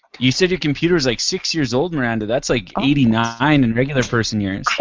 you said your computer's like six years old miranda, that's like eighty nine in regular person years. i